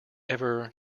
ever